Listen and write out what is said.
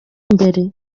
imbere